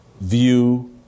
view